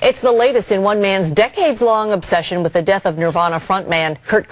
it's the latest in one man's decade long obsession with the death of nirvana front man kurt